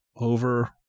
Over